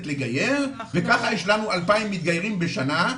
לגייר וככה השלמנו 2000 מתגיירים בשנה,